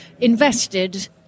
invested